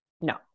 No